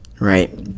right